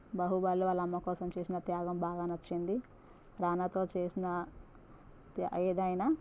బాహుబలిలో వాళ్ళ అమ్మ కోసం చేసిన త్యాగం బాగా నచ్చింది రానాతో చేసిన ఏదైనా